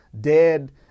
dead